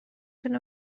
تونه